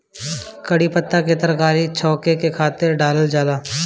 कढ़ी पत्ता के तरकारी छौंके के खातिर डालल जाला